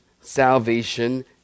salvation